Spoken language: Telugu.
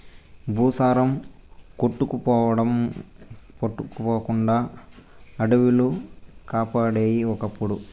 భూసారం కొట్టుకుపోకుండా అడివిలు కాపాడేయి ఒకప్పుడు